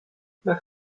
nach